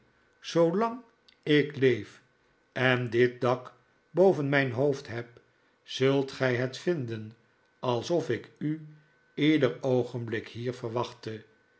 lang ik leef en dit dak boven mijn hoofd heb zult gij het vinden alsof ik u ieder oogenblik hier verwachtte